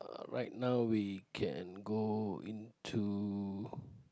right now we can go into